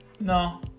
No